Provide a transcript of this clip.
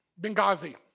Benghazi